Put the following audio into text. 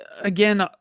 again